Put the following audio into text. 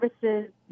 services